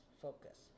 focus